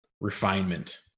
refinement